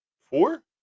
four